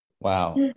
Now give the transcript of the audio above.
Wow